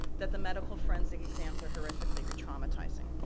that the medical forensic exams are horrifically re-traumatizing.